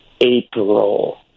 April